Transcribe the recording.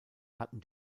hatten